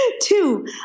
Two